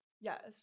Yes